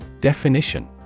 Definition